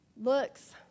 looks